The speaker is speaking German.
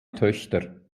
töchter